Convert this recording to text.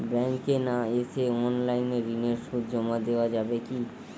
ব্যাংকে না এসে অনলাইনে ঋণের সুদ জমা দেওয়া যাবে কি?